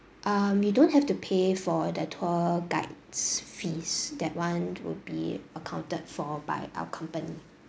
um you don't have to pay for the tour guide's fees that [one] would be accounted for by our company